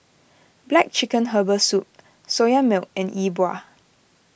Black Chicken Herbal Soup Soya Milk and Yi Bua